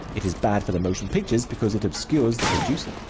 it is bad for the motion pictures because it obscures the producer.